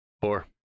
Four